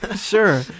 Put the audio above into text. sure